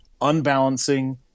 unbalancing